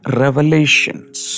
revelations